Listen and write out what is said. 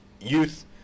youth